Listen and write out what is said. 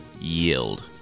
yield